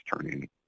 turning